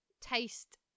taste